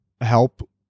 help